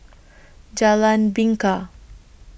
Jalan Bingka